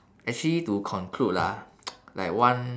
actually to conclude ah like one